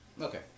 Okay